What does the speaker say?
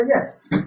yes